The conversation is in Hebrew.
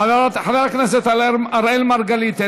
חבר הכנסת אראל מרגלית,